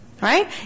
right